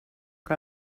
que